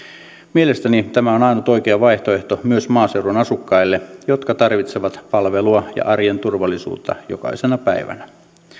mielestäni tämä on ainut oikea vaihtoehto myös maaseudun asukkaille jotka tarvitsevat palvelua ja arjen turvallisuutta jokaisena päivänä